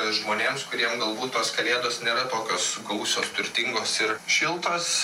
žmonėms kuriem galbūt tos kalėdos nėra tokios gausios turtingos ir šiltos